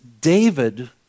David